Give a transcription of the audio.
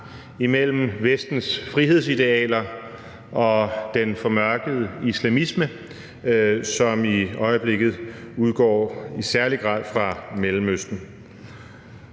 imellem Vestens frihedsidealer og den formørkede islamisme, som i øjeblikket i særlig grad udgår fra Mellemøsten.